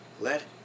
let